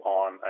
on